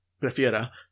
prefiera